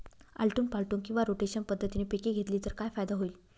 आलटून पालटून किंवा रोटेशन पद्धतीने पिके घेतली तर काय फायदा होईल?